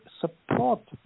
support